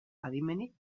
adimenik